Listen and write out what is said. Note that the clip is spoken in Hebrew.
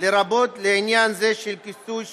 לרבות לעניין זה, של כיסוי סלולרי.